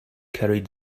carried